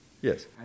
Yes